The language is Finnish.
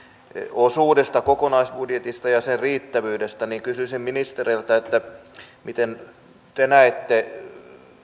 osuudesta kokonaisbudjetista ja sen riittävyydestä kysyisin ministeriltä miten te näette